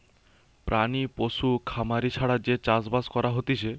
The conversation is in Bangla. প্রাণী পশু খামারি ছাড়া যে চাষ বাস করা হতিছে